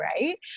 right